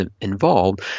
involved